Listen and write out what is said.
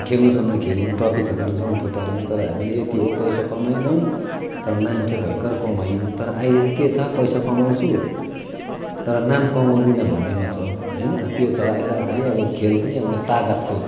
अब खेल्नुसम्म खेल्यौं ट्रफी थुपार्नुसम्म थुपार्यौँ हामीले यति हो पैसा कमाइनौँ तर नाम चाहिँ भयङ्कर कमायौँ तर अहिले चाहिँ के छ पैसा कमाउँछु तर नाम कमाउँदिनँ भन्नेमा छ होइन त्यो छ अहिले त खालि अब खेल पनि एउटा तागतको